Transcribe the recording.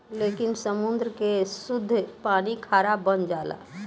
लेकिन समुंद्र के सुद्ध पानी खारा बन जाला